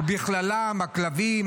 ובכללם הכלבים,